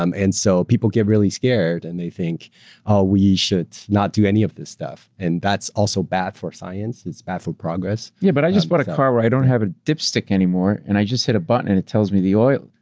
um and so people get really scared and they think oh we should not do any of this stuff, and that's also bad for science it's bad for progress. yeah but i just bought a car where i don't have a dipstick anymore and i just hit a button and it tells me the oil,